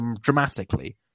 dramatically